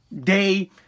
day